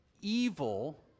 evil